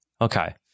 Okay